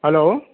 hello